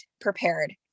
prepared